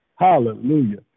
Hallelujah